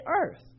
earth